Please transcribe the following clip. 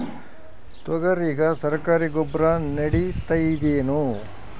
ತೊಗರಿಗ ಸರಕಾರಿ ಗೊಬ್ಬರ ನಡಿತೈದೇನು?